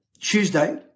Tuesday